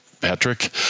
Patrick